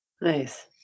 nice